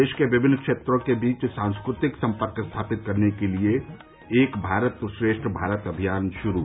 देश के विमिन्न क्षेत्रों के बीच सांस्कृतिक सम्पर्क स्थापित करने के लिए एक भारत श्रेष्ठ भारत अभियान शुरू